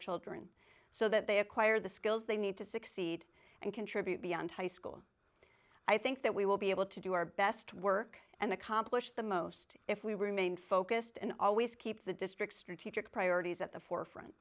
children so that they acquire the skills they need to succeed and contribute beyond high school i think that we will be able to do our best work and the complex the most if we remain focused and always keep the district strategic priorities at the forefront